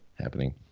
happening